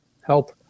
Help